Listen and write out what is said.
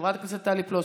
חברת הכנסת טלי פלוסקוב,